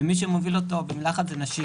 ומי שמוביל אותו זה נשים.